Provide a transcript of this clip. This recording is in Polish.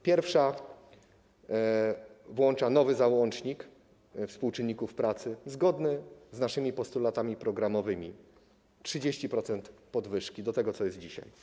Pierwsza włącza nowy załącznik dotyczący współczynników pracy zgodny z naszymi postulatami programowymi - 30% podwyżki w stosunku do tego, co jest dzisiaj.